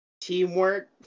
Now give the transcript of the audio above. teamwork